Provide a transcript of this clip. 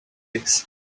this